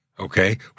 Okay